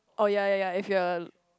oh ya ya ya if you are